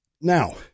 Now